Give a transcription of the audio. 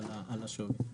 על השווי.